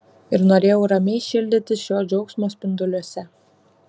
ir norėjau ramiai šildytis šio džiaugsmo spinduliuose